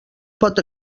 pot